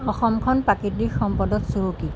অসমখন প্ৰাকৃতিক সম্পদত চহকী